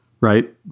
Right